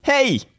Hey